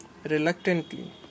reluctantly